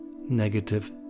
negative